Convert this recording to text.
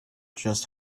just